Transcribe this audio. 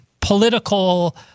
political